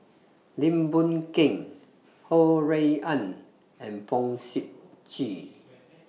Lim Boon Keng Ho Rui An and Fong Sip Chee